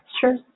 Sure